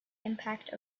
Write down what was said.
impact